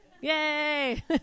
Yay